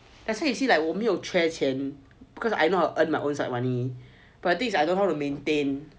that's why you see like 我没有缺钱 because I know how earn my own side money but the thing is I don't know how to maintain